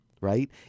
right